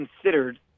considered